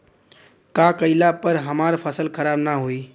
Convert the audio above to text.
का कइला पर हमार फसल खराब ना होयी?